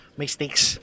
mistakes